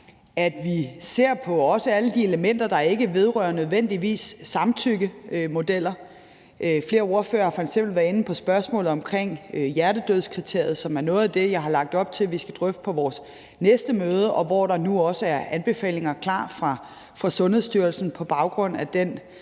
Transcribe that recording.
at vi også ser på alle de elementer, der ikke nødvendigvis vedrører samtykkemodeller. Flere ordførere har f.eks. været inde på spørgsmålet omkring hjertedødskriteriet, som er noget af det, jeg har lagt op til at vi skal drøfte på vores næste møde, hvor der også er anbefalinger klar fra Sundhedsstyrelsen på baggrund af den